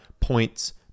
points